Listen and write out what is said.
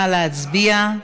נא להצביע.